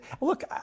Look